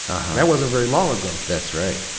that wasn't very long ago. that's right.